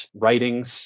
Writings